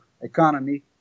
economy